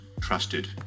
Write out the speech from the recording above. trusted